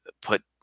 put